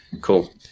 cool